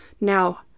Now